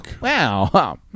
wow